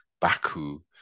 Baku